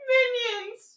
Minions